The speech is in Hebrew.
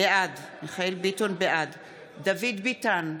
בעד דוד ביטן,